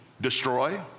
destroy